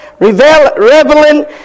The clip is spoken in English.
reveling